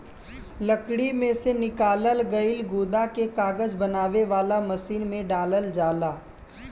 लकड़ी में से निकालल गईल गुदा के कागज बनावे वाला मशीन में डालल जाला